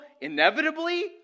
inevitably